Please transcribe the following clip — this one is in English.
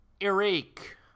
Eric